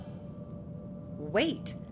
Wait